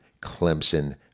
Clemson